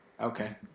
Okay